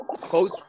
close